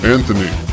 Anthony